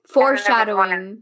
Foreshadowing